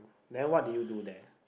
then what did you do there